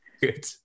Good